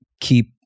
keep